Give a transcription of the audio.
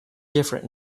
different